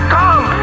come